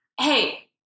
hey